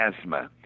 asthma